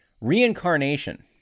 reincarnation